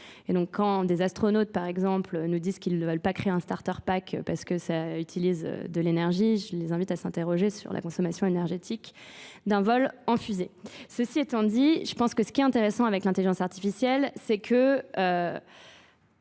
Quand des astronautes, par exemple, nous disent qu'ils ne veulent pas créer un starter pack parce que ça utilise de l'énergie, je les invite à s'interroger sur la consommation énergétique. d'un vol enfusé. Ceci étant dit, je pense que ce qui est intéressant avec l'intelligence artificielle c'est que